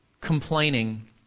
complaining